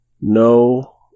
No